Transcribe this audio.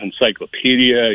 Encyclopedia